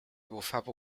bufava